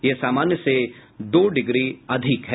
यह सामान्य से दो डिग्री अधिक है